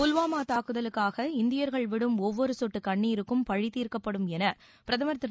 புல்வாமா தாக்குதலுக்காக இந்தியர்கள் விடும் ஒவ்வொரு சொட்டு கண்ணீருக்கும் பழிதீர்க்கப்படும் என பிரதமர் திரு